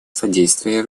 содействие